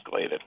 escalated